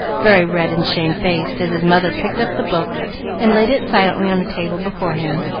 very red and shamefaced as his mother picked up the book and laid it silently on the table before him.